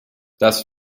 das